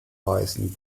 weißen